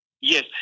Yes